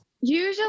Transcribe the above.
Usually